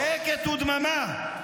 שקט ודממה.